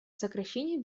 сокращению